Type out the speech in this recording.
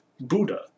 Buddha